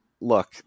look